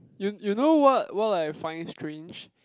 you you know what what I find strange